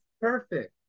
perfect